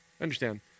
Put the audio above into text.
understand